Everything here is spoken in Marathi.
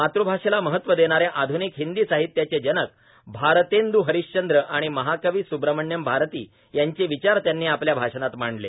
मातृभाषेला महत्व देणा या आध्निक हिंदी साहित्याचे जनक भारतेन्द् हरिशचंद्र आणि महाकवी सुब्रमण्यम भारती यांचे विचार त्यांनी आपल्या भाषणात मांडले